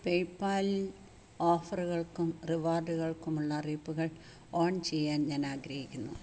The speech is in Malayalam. പേയ്പാലിൽ ഓഫറുകൾക്കും റിവാർഡുകൾക്കുമുള്ള അറിയിപ്പുകൾ ഓൺ ചെയ്യാൻ ഞാൻ ആഗ്രഹിക്കുന്നു